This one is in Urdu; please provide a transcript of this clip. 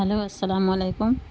ہیلو السلام علیکم